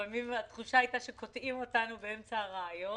לפעמים התחושה היתה שקוטעים אותנו באמצע הרעיון,